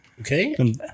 Okay